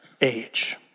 age